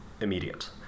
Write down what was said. immediate